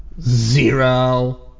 zero